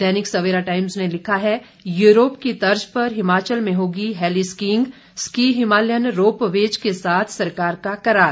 दैनिक Savera times ने लिखा है यूरोप की तर्ज़ पर हिमाचल में होगी heli skiing ski Himalayan ropeways के साथ सरकार का करार